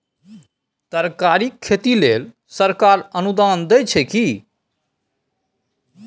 तरकारीक खेती लेल सरकार अनुदान दै छै की?